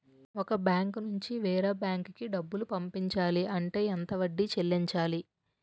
ఒక బ్యాంక్ నుంచి వేరే బ్యాంక్ కి డబ్బులు పంపించాలి అంటే ఎంత వడ్డీ చెల్లించాలి?